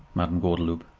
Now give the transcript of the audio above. madame gordeloup.